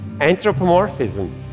anthropomorphism